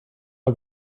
all